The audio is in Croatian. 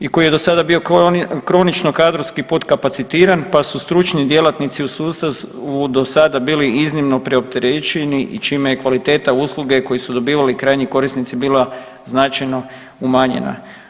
I koji je do sada bio kronično kadrovski potkapacitiran, pa su stručni djelatnici u, do sada bili iznimno preopterećeni i čime je kvaliteta usluge koju su dobivali krajnji korisnici bila značajno umanjena.